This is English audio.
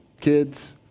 kids